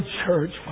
church